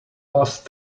last